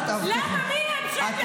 למה מי הם שהם יחליטו אם להתגייס או לא?